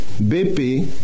BP